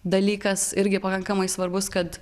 dalykas irgi pakankamai svarbus kad